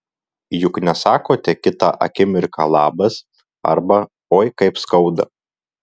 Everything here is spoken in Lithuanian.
juk nesakote kitą akimirką labas arba oi kaip skauda